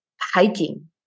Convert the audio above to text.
Hiking